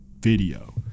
video